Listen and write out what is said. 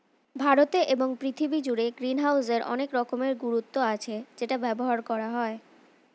ভারতে এবং পৃথিবী জুড়ে গ্রিনহাউসের অনেক রকমের গুরুত্ব আছে যেটা ব্যবহার করা হয়